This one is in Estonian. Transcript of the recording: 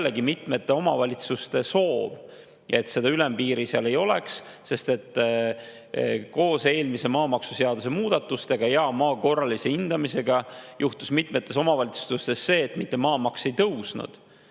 jällegi mitmete omavalitsuste soov, et seda ülempiiri ei oleks, sest koos eelmiste maamaksuseaduse muudatustega ja maa korralise hindamisega juhtus mitmetes omavalitsustes nii, et maamaks mitte ei tõusnud,